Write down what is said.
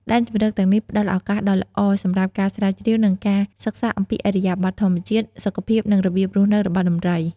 ដែនជម្រកទាំងនេះផ្តល់ ឱកាសដ៏ល្អសម្រាប់ការស្រាវជ្រាវ និងការសិក្សាអំពី ឥរិយាបថធម្មជាតិ សុខភាព និងរបៀបរស់នៅរបស់ដំរី។